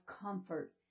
comfort